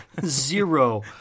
Zero